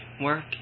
work